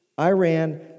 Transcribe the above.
Iran